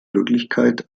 wirklichkeit